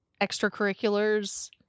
extracurriculars